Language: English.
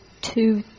two